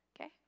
Okay